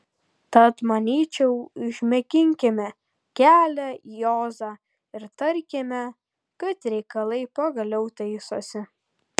tad manyčiau išmėginkime kelią į ozą ir tarkime kad reikalai pagaliau taisosi